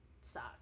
suck